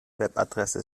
webadresse